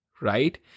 right